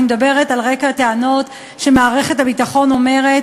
אני מדברת על רקע הטענות שמערכת הביטחון אומרת